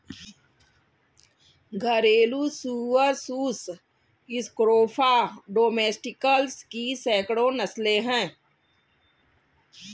घरेलू सुअर Sus scrofa domesticus की सैकड़ों नस्लें हैं